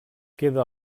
queda